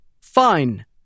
Fine